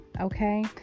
Okay